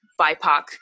BIPOC